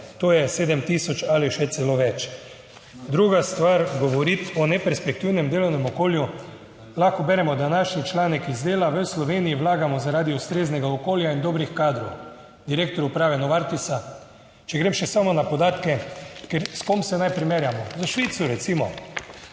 To je 7 tisoč ali še celo več. Druga stvar, govoriti o neperspektivnem delovnem okolju, lahko beremo današnji članek iz Dela. v Sloveniji vlagamo zaradi ustreznega okolja in dobrih kadrov. Direktor uprave Novartisa. Če grem še samo na podatke. S kom se naj primerjamo? S Švico recimo.